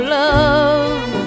love